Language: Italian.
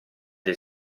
del